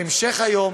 בהמשך היום